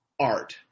art